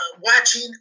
watching